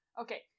Okay